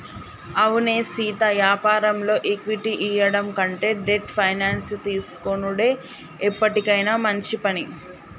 అవునే సీతా యాపారంలో ఈక్విటీ ఇయ్యడం కంటే డెట్ ఫైనాన్స్ తీసుకొనుడే ఎప్పటికైనా మంచి పని